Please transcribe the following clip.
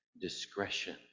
discretion